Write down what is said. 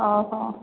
ଓ ହୋ